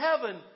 heaven